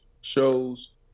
shows